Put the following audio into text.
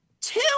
Two